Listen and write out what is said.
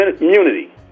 immunity